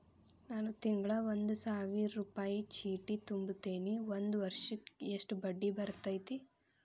ನಾನು ತಿಂಗಳಾ ಒಂದು ಸಾವಿರ ರೂಪಾಯಿ ಚೇಟಿ ತುಂಬತೇನಿ ಒಂದ್ ವರ್ಷಕ್ ಎಷ್ಟ ಬಡ್ಡಿ ಬರತೈತಿ?